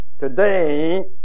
Today